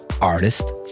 artist